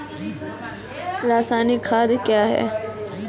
रसायनिक खाद कया हैं?